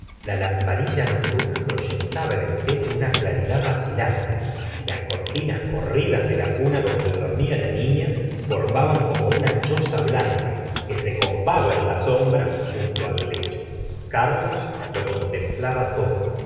la lamparilla nocturna proyectaba en el techo una claridad vacilante y las cortinas corridas de la cuna donde dormía la niña formaban como una choza blanca que se combaba en la sombra junto al lecho carlos lo contemplaba todo